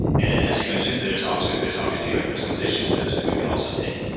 and and as you mentioned, there's obviously there's obviously like personalization steps that we can also take.